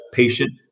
patient